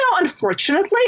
unfortunately